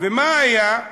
ומה היה?